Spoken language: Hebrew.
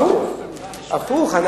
הפוך.